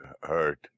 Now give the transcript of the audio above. Hurt